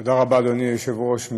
תודה רבה, אדוני היושב-ראש.